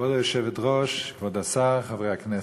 כבוד היושבת-ראש, כבוד השר, חברי הכנסת,